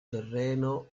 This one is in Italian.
terreno